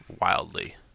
wildly